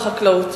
בחקלאות.